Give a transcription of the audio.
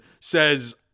says